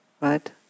right